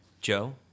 Joe